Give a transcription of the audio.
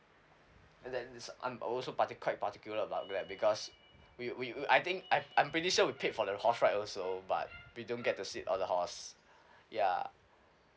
and then this I'm also parti~ quite particular about that because we we we I think I'm pretty sure we paid for the horse ride also but we don't get to sit on the horse ya